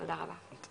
תודה רבה.